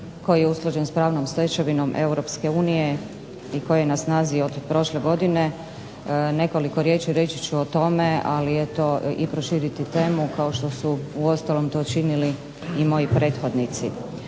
koji je usklađen s pravnom stečevinom Europske unije i koji je na snazi od prošle godine, nekoliko riječi reći ću o tome, ali eto i proširiti temu kao što su uostalom to činili i moji prethodnici.